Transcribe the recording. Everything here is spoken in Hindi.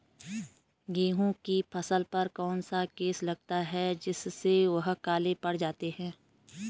गेहूँ की फसल पर कौन सा केस लगता है जिससे वह काले पड़ जाते हैं?